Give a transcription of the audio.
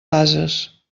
ases